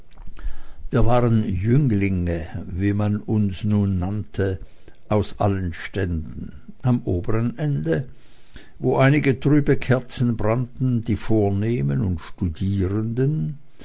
wir waren jünglinge wie man uns nun nannte aus allen ständen am oberen ende wo einige trübe kerzen brannten die vornehmen und studierenden